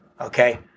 okay